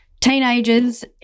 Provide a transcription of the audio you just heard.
teenagers